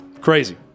Crazy